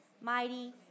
mighty